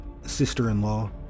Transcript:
sister-in-law